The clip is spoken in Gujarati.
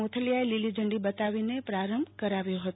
મોથલિયાએ લીલીઝંડી બતાવીને પ્રારંભ કરાવ્યો હતો